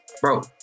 bro